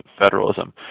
federalism